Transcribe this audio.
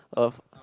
of